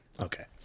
Okay